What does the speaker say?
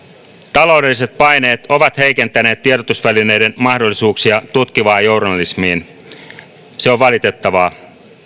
taloudelliset paineet ovat heikentäneet tiedotusvälineiden mahdollisuuksia tutkivaan journalismiin se on valitettavaa